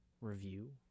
review